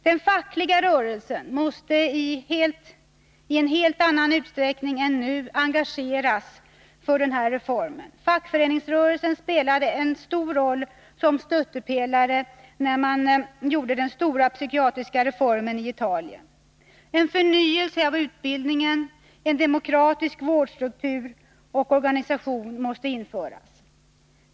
Den fackliga rörelsen måste i en helt annan utsträckning än nu engageras för den här reformen. Fackföreningsrörelsen spelade en stor roll som stöttepelare när man genomförde den stora psykiatriska reformen i Italien. En förnyelse av utbildningen, en demokratisk vårdstruktur och organisation måste införas.